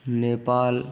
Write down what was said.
Nepal